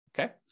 Okay